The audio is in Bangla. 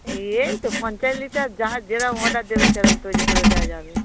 এই তো পঞ্চাশ লিটার যারা যেরকম অর্ডার দেবে সেরকম তৈরি করে দেওয়া যাবে